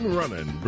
running